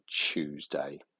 Tuesday